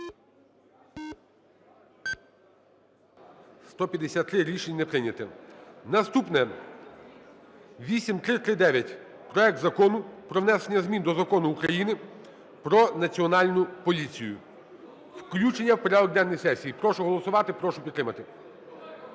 За-153 Рішення не прийнято. Наступне. 8339: проект Закону про внесення змін до Закону України "Про Національну поліцію". Включення в порядок денний сесії. Прошу голосувати, прошу підтримати.